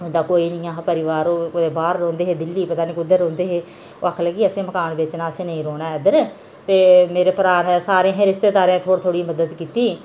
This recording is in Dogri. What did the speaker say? ओह्दा कोई नेईं हा परिवार ओह् कुतै बाह्र रौंह्दे हे दिल्ली पता नेईं कुद्धर रौंह्दे हे ओह् आक्खन लगे असें मकान बेचना असें नेईं रौहना ऐ इद्धर ते मेरे भ्राऽ ने सार असें रिश्तेदारें असें थोह्ड़ी थोह्ड़ी मदद कीती